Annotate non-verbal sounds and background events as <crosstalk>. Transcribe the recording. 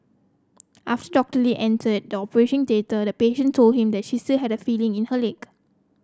after Doctor Lee entered a <unintelligible> theatre the patient told him that she say had feeling in her leg